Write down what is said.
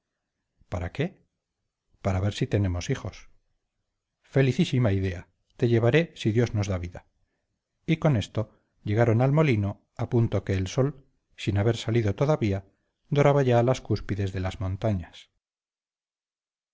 para qué para ver si tenemos hijos felicísima idea te llevaré si dios nos da vida y con esto llegaron al molino a punto que el sol sin haber salido todavía doraba ya las cúspides de las montañas